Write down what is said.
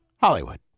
Hollywood